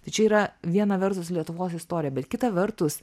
tai čia yra viena vertus lietuvos istorija bet kita vertus